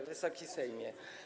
Wysoki Sejmie!